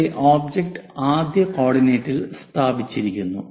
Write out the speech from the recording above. ഇവിടെ ഒബ്ജക്റ്റ് ആദ്യത്തെ കോർഡിനേറ്റിൽ സ്ഥാപിച്ചിരിക്കുന്നു